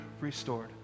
restored